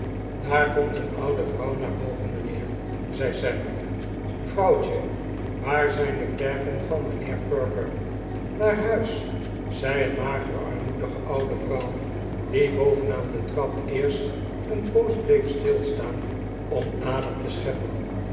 daar komt een oude vrouw naar boven mijnheer zei sam vrouwtje waar zijn de klerken van mijnheer perker naar huis zei een magere armoedige oude vrouw die boven aan de trap eerst een poos bleef stils taan om adem te scheppen